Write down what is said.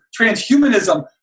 transhumanism